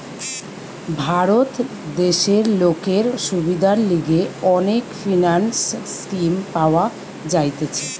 ভারত দেশে লোকের সুবিধার লিগে অনেক ফিন্যান্স স্কিম পাওয়া যাইতেছে